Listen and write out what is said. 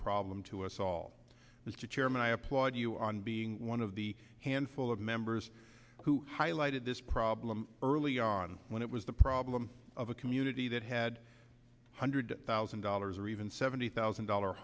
problem to us all mr chairman i applaud you on being one of the handful of members who highlighted this problem early on when it was the problem of a community that had hundred thousand dollars or even seventy thousand dollar